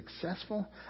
successful